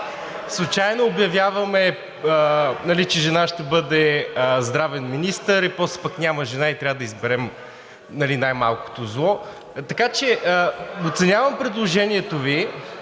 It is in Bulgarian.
Случайно обявяваме, нали, че жена ще бъде здравен министър и после пък няма жена и трябва да изберем най-малкото зло. Така че оценявам предложението Ви